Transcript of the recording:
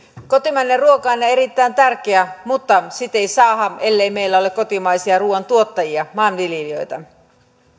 kotimainen ruoka on erittäin tärkeää mutta sitä ei saada ellei meillä ole kotimaisia ruuantuottajia maanviljelijöitä